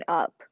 up